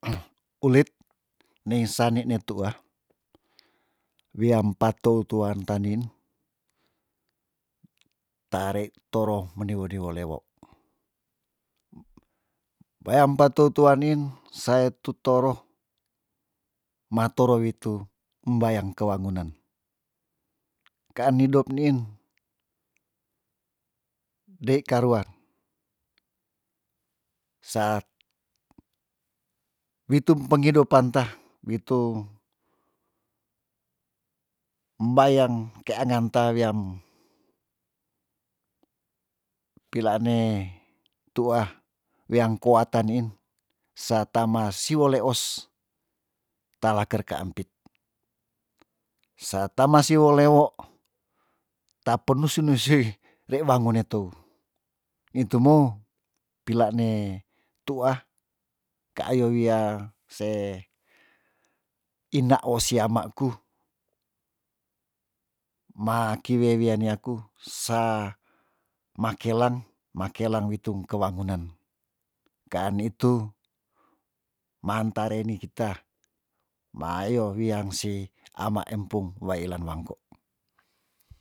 ulit neing sani ne tuah wiam patou tuan tanin tarek toro meniwo niwo lewo peam patou touan niin saye tu toro ma toro witu mbayang ke wangunan kean nidop niin dei karuar sa witum pengidu pantah witung mbayang keanyam ta wiam pilaane tuah weangko atan niin sa tama siwo leos talaker kaampit sa ta ma siwo lewo ta penusu nusui rei wangun ne teu nitum mo pilane tuah kaayo wia se inda wo siamaku ma ki wia wia ni aku sa mekalang makelang witung kewangunan kean nitu maan ta rei ni kita maayo wiang si ama empung weilan wangko